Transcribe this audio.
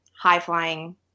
high-flying